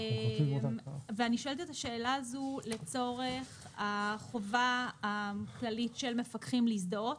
ואני שואלת את השאלה הזו לצורך החובה הכללית של מפקחים להזדהות